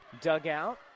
dugout